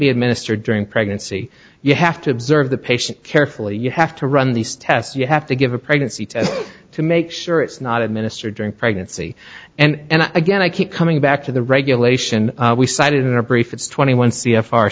be administered during pregnancy you have to observe the patient carefully you have to run these tests you have to give a pregnancy test to make sure it's not administered during pregnancy and again i keep coming back to the regulation we cited in our brief it's twenty one c f r